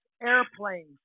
Airplanes